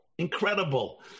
Incredible